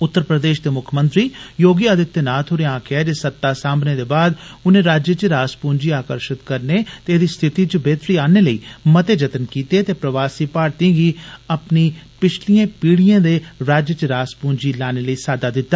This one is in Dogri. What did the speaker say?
उत्तर प्रदेष दे मुक्खमंत्री योगी आदित्य नाथ होरें आक्खेआ जे सता साम्बने दे बाद उनें राज्य च रासपूंजी आकर्शित करने दे एदी स्थिति च बेहतरी आनने लेई मते जतन कीते ते प्रवासी भारतीये गी अपनी पिछलिएं पीढ़िऐ दे राज्य च रास पूंजी लाने लेई साद्दा दिता